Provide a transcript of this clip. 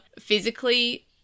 physically